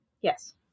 Yes